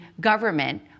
government